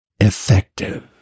effective